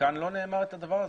כאן לא נאמר את הדבר הזה.